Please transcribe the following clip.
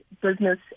business